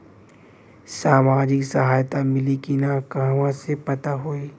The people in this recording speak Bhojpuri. सामाजिक सहायता मिली कि ना कहवा से पता होयी?